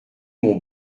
mon